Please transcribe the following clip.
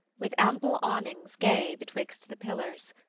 with ample awnings gay betwixt the pillars,